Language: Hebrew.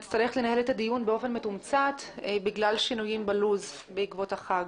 לכן נצטרך לנהל את הדיון באופן מתומצת בגלל שינויים בלו"ז בעקבות החג.